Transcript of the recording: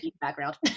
background